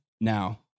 Now